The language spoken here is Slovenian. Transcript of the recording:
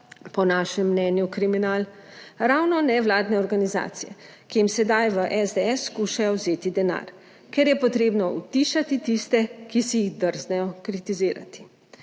po našem mnenju kriminal? Ravno nevladne organizacije, ki jim sedaj v SDS skušajo vzeti denar, ker je potrebno utišati tiste, ki si jih drznejo kritizirati.